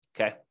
okay